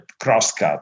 Crosscut